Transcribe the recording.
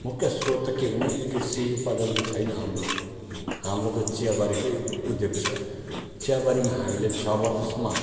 मुख्य स्रोत त के भने कृषि उत्पादन त छैन हाम्रो हाम्रो त चियाबारीकै उद्योग छ चियाबारीमा हामीले छ वर्षसम्म